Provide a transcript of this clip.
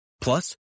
Plus